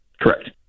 Correct